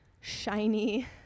shiny